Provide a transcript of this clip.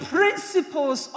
principles